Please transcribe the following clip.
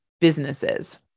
businesses